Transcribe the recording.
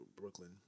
Brooklyn